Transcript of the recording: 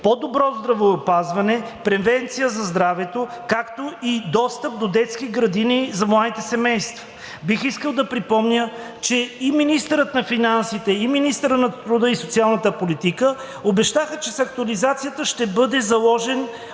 по-добро здравеопазване, превенция за здравето, както и достъп до детски градини за младите семейства. Бих искал да припомня, че и министърът на финансите и министърът на труда и социалната политика обещаха, че с актуализацията ще бъде заложен